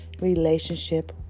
relationship